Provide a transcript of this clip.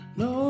no